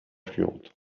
influente